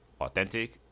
authentic